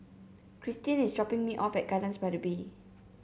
Christine is dropping me off at Gardens by the Bay